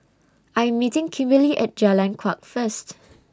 I Am meeting Kimberlie At Jalan Kuak First